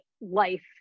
life